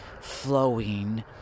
flowing